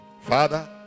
Father